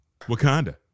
Wakanda